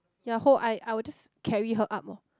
ya whole I I will just carry her up orh